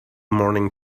morning